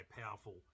powerful